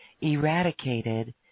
eradicated